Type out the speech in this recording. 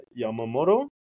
Yamamoto